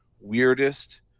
weirdest